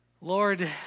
Lord